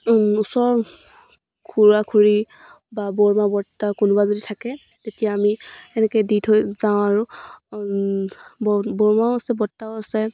ওচৰৰ খুৰা খুৰী বা বৰমা বৰদেউতা কোনোবা যদি থাকে তেতিয়া আমি এনেকৈ দি থৈ যাওঁ বৰমাও আছে বৰদেউতাও আছে